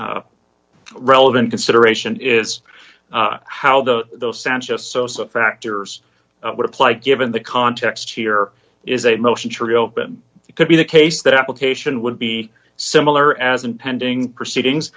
relevant consideration is how the sanchez associate factors would apply given the context here is a motion to reopen it could be the case that application would be similar as in pending proceedings